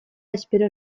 espero